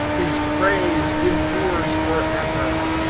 his praise endures forever.